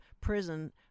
prison